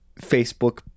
Facebook